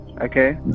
Okay